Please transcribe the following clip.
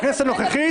בכנסת הנוכחית,